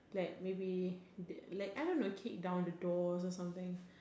like maybe like I don't know kick down the door or something